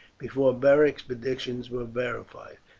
before beric's predictions were verified.